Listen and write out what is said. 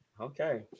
Okay